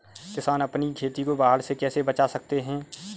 किसान अपनी खेती को बाढ़ से कैसे बचा सकते हैं?